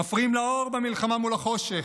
מפריעים לאור במלחמה מול החושך.